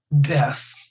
death